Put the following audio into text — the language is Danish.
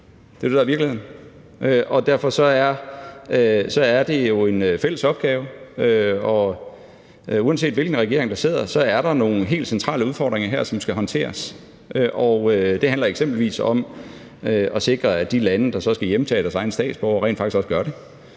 Det er jo det, der er virkeligheden. Derfor er det jo en fælles opgave. Og uanset hvilken regering der sidder, er der her nogle helt centrale udfordringer, som skal håndteres. Det handler eksempelvis om at sikre, at de lande, der så skal hjemtage deres egne statsborgere, rent faktisk også gør det.